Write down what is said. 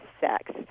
sex